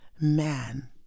man